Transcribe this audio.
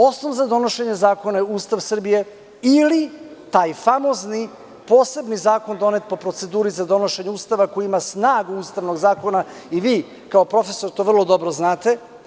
Osnov za donošenje zakona je Ustav Srbije ili taj famozni posebni zakon donet po proceduri za donošenje Ustava koji ima snagu Ustavnog zakona i vi kao profesor to vrlo dobro znate.